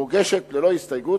מוגשת ללא הסתייגות,